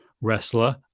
wrestler